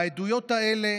העדויות האלה